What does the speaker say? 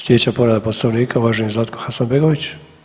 Slijedeća povreda Poslovnika uvaženi Zlatko Hasanbegović.